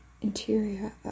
interior